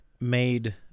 made